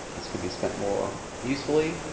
this could be spent more usefully.